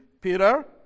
Peter